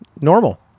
normal